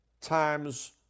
times